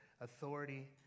authority